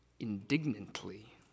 indignantly